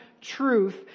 truth